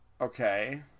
Okay